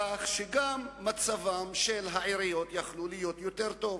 כך שגם מצבן של העיריות יכול היה להיות יותר טוב.